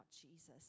Jesus